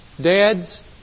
Dads